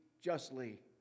justly